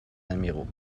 amiraux